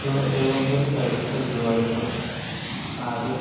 تہٕ تُہۍ ؤنۍتو مےٚ تۄہہِ کُس کُس گٲڑۍ چھو آزٕ